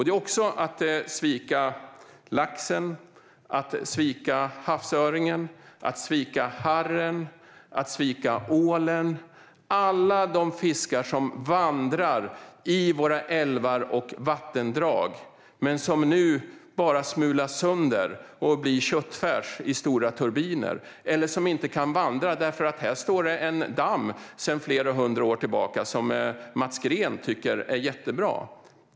Det är också att svika laxen, havsöringen, harren och ålen - alla de fiskar som vandrar i våra älvar och vattendrag men som nu smulas sönder och blir köttfärs i stora turbiner eller som inte kan vandra eftersom här står en damm sedan flera hundra år tillbaka, och det tycker Mats Green är jättebra.